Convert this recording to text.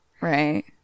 Right